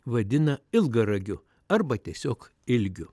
vadina ilgaragiu arba tiesiog ilgiu